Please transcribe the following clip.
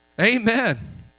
Amen